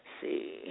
see